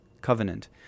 covenant